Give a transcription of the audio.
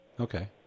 okay